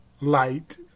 light